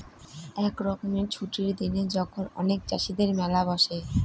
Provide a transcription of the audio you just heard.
এক রকমের ছুটির দিনে যখন অনেক চাষীদের মেলা বসে